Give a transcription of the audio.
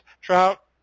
trout